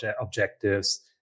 objectives